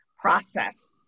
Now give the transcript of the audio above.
process